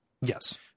Yes